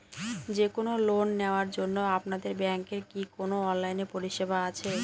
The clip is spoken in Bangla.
যে কোন লোন নেওয়ার জন্য আপনাদের ব্যাঙ্কের কি কোন অনলাইনে পরিষেবা আছে?